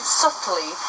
subtly